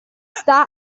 sta